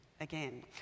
again